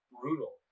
brutal